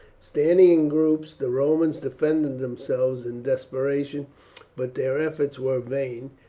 standing in groups the romans defended themselves in desperation but their efforts were vain,